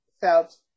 felt